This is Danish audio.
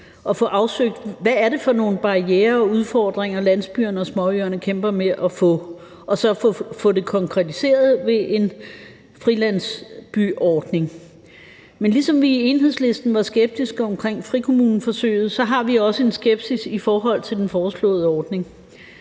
at få afsøgt, hvad det er for nogle barrierer og udfordringer, landsbyerne og småøerne kæmper med, og så få det konkretiseret ved en frilandsbyordning. Men ligesom vi i Enhedslisten var skeptiske omkring frikommuneforsøget, så har vi også en skepsis i forhold til den foreslåede ordning.